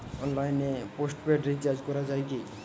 অনলাইনে postpaid recharge করা যায় কি?